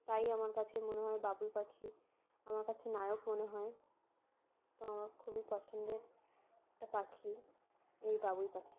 তাই আমার কাছে মনে হয় বাবুই পাখি আমার কাছে নায়ক মনে হয় তো আমার খুবই পছন্দের একটা পাখি এই বাবুই পাখি